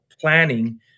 planning